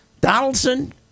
Donaldson